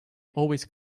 always